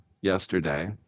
yesterday